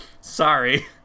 Sorry